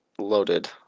loaded